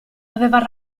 aveva